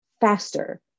faster